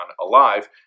alive